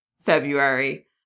February